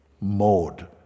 mode